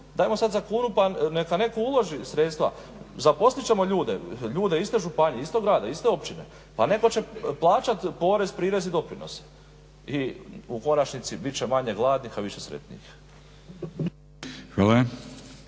dajmo sada za kunu pa neka netko uloži sredstva, zaposlit ćemo ljude, ljude iz te županije, iz tog grada, iz te općine pa netko će plaćati porez, prirez i doprinose i u konačnici bit će manje gladnih, a više sretnijih.